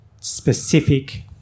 specific